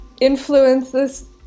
influences